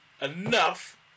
Enough